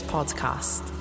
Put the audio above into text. Podcast